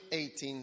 18